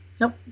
Nope